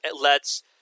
lets